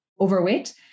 overweight